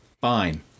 fine